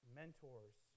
mentors